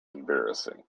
embarrassing